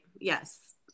Yes